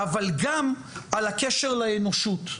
אבל גם על הקשר לאנושות,